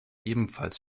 ebenfalls